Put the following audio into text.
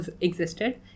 existed